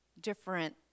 different